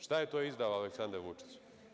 Šta je to izdao Aleksandar Vučić?